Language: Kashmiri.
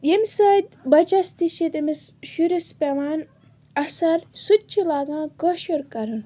ییٚمہِ سۭتۍ بَچَس تہِ چھِ تٔمِس شُرِس پیٚوان اثر سُہ تہِ چھِ لاگان کٲشُر کَرُن